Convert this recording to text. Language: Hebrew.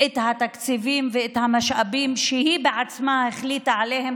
את התקציבים ואת המשאבים שהיא בעצמה החליטה עליהם